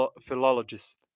philologist